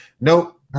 nope